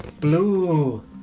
Blue